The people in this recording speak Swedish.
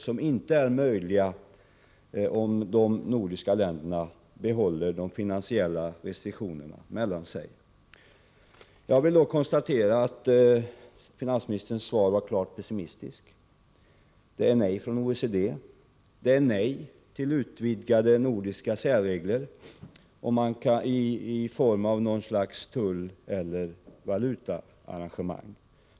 Det är inte möjligt om de nordiska länderna behåller de finansiella restriktionerna länderna emellan. Jag konstaterar att finansministerns svar är klart pessimistiskt. Det är nej från OECD. Det är nej till utvidgade nordiska särregler i form av något slags tulleller valutaarrangemang.